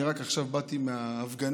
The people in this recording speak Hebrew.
אני רק עכשיו באתי מההפגנה,